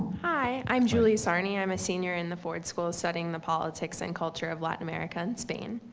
hi, i'm julie sarnie, i'm a senior in the ford school studying the politics and culture of latin america and spain.